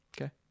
Okay